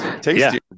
Tasty